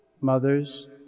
Mothers